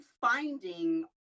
finding